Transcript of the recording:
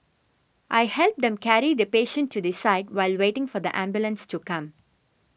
I helped them carry the patient to the side while waiting for the ambulance to come